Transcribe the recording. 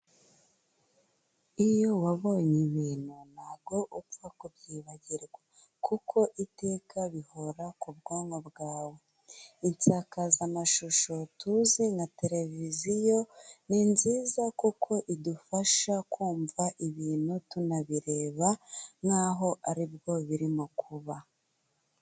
Iyo wabonye ibintu ntabwo upfa kubyibagirwa, kuko iteka bihora ku bwonko bwawe, insakazamashusho tuzi nka televiziyo, ni nziza kuko idufasha kumva ibintu tunabireba nkaho ari bwo birimo kuba.